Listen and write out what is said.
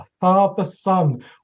father-son